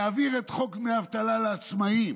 להעביר את חוק דמי אבטלה לעצמאים,